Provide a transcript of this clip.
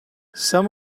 some